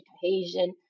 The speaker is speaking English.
cohesion